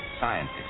scientists